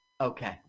Okay